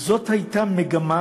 זאת הייתה מגמה,